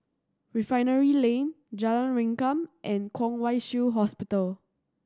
Refinery Lane Jalan Rengkam and Kwong Wai Shiu Hospital